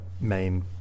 main